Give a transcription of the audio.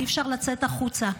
אי-אפשר לצאת החוצה,